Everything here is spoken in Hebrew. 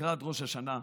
לקראת ראש השנה,